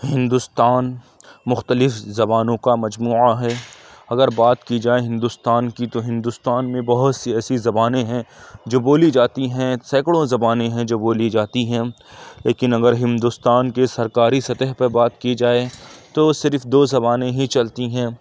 ہندوستان مختلف زبانوں کا مجموعہ ہے اگر بات کی جائے ہندوستان کی تو ہندوستان میں بہت سی ایسی زبانیں ہیں جو بولی جاتی ہیں سینکڑوں زبانیں ہیں جو بولی جاتی ہیں لیکن اگر ہندوستان کے سرکاری سطح پر بات کی جائے تو صرف دو زبانیں ہی چلتی ہیں